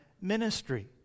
ministry